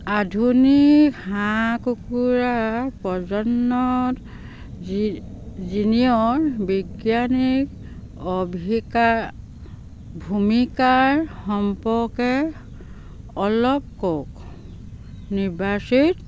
আধুনিক হাঁহ কুকুৰা বৈজ্ঞানিক অভিকা ভূমিকাৰ সম্পৰ্কে অলপ কওক নিৰ্বাচিত